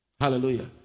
Hallelujah